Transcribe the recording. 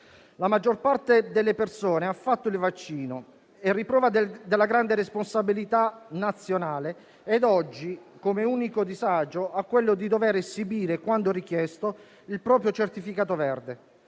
La maggior parte delle persone ha fatto il vaccino, a riprova della grande responsabilità nazionale ed oggi, come unico disagio, ha quello di dover esibire, quando richiesto, il proprio certificato verde.